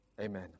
amen